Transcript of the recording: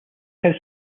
house